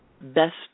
best